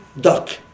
duck